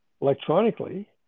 electronically